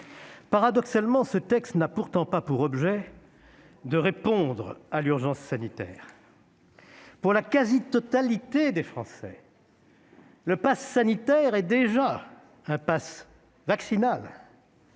Paradoxalement, ce texte n'a pourtant pas pour objet de répondre à l'urgence sanitaire. Pour la quasi-totalité des Français, le passe sanitaire est déjà un passe vaccinal.